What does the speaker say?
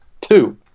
Two